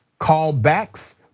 callbacks